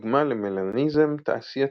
דוגמה למלניזם תעשייתי.